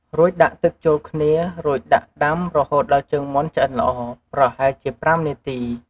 រួចដាក់ទឹកចូលគ្នារួចដាក់ដាំរហូតដល់ជើងមាន់ឆ្អឹនល្អ ប្រហែលជា ៥ នាទី។